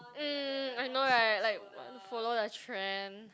uh I know right like follow the trend